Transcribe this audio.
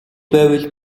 байвал